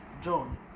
John